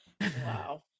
wow